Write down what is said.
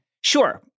Sure